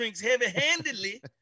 heavy-handedly